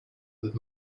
that